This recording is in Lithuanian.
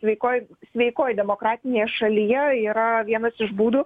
sveikoj sveikoj demokratinėje šalyje yra vienas iš būdų